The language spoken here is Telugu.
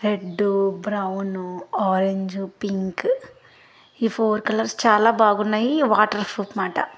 రెడ్డు బ్రౌను ఆరెంజు పింక్ ఈ ఫోర్ కలర్స్ చాలా బాగున్నాయి వాటర్ ప్రూఫ్ మాట